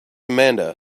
amanda